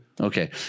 Okay